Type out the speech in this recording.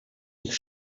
ich